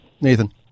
Nathan